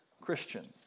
Christian